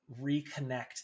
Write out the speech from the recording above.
reconnect